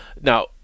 Now